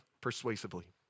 persuasively